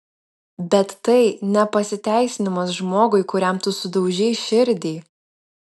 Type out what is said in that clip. bet tai ne pasiteisinimas žmogui kuriam tu sudaužei širdį